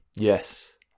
Yes